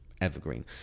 evergreen